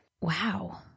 wow